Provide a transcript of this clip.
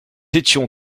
étions